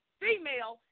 female